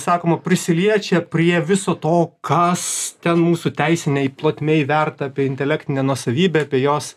sakoma prisiliečia prie viso to kas ten mūsų teisinėj plotmėj verta apie intelektinę nuosavybę apie jos